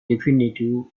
definitive